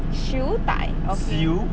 siew dai okay